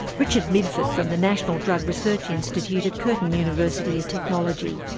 richard midford from the national drug research institute at curtin university of technology.